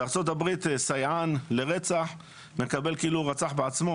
בארצות הברית סייען לרצח מקבל עונש כאילו רצח בעצמו.